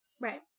right